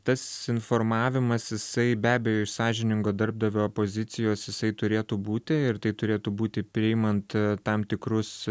tas informavimas jisai be abejo iš sąžiningo darbdavio pozicijos jisai turėtų būti ir tai turėtų būti priimant tam tikrus